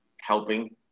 helping